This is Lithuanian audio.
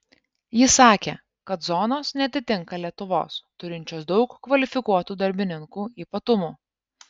jis sakė kad zonos neatitinka lietuvos turinčios daug kvalifikuotų darbininkų ypatumų